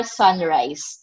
sunrise